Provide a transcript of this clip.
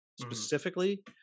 specifically